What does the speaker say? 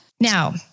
Now